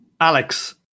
Alex